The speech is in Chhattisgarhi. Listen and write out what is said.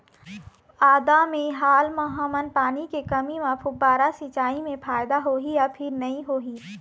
आदा मे हाल मा हमन पानी के कमी म फुब्बारा सिचाई मे फायदा होही या फिर नई होही?